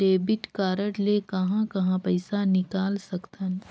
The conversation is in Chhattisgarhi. डेबिट कारड ले कहां कहां पइसा निकाल सकथन?